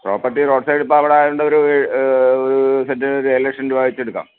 property roadside ഇപ്പം അവിടെ ആയതുകൊണ്ട് ഒരു ഒരു സെൻറ്റിന് ഒരു ഏഴ് ലക്ഷം രൂപ വച്ച് എ ടുക്കാം